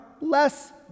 less